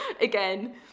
again